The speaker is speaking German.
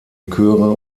chöre